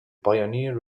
pioneer